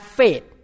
faith